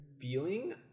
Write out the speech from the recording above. feeling